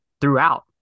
throughout